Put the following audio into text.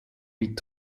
mit